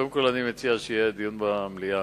קודם כול אני מציע שיהיה דיון במליאה.